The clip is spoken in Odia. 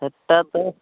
ସେଇଟା ତ